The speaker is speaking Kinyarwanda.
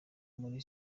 muri